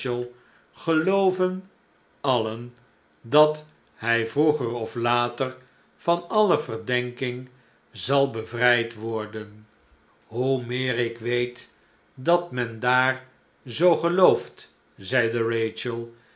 gelooven alien dat hij vroeger of later van alle verdenking zal bevrijd worden hoe meer ik weet dat men daar zoo gelooft zeide